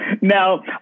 Now